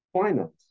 finance